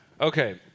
Okay